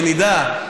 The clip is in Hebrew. שנדע.